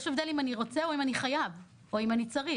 יש הבדל אם אני רוצה או אם אני חייב או אם אני צריך.